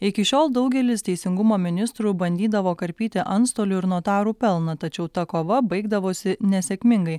iki šiol daugelis teisingumo ministrų bandydavo karpyti antstolių ir notarų pelną tačiau ta kova baigdavosi nesėkmingai